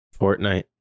Fortnite